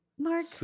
Mark